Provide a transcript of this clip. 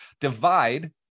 divide